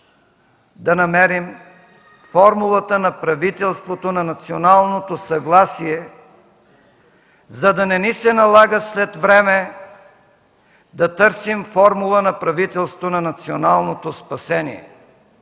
да намерим формулата на правителството на националното съгласие, за да не ни се налага след време да търсим формула на правителство на националното спасение.